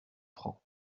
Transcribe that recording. francs